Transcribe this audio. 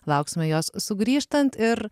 lauksime jos sugrįžtant ir